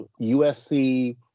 USC